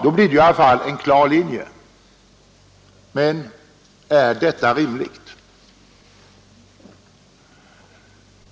Då blir det i alla fall en klar linje, men är detta rimligt?